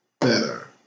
better